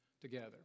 Together